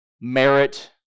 merit